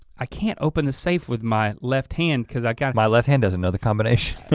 i can't open the safe with my left hand cause i've got my left hand doesn't know the combination.